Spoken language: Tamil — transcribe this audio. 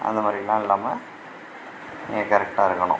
அந்த மாதிரிலாம் இல்லாம நீங்கள் கரெக்டாக இருக்கணும்